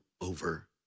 over